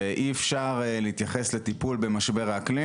ואי אפשר להתייחס לטיפול במשבר האקלים